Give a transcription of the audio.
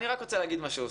אני רק רוצה להגיד משהו.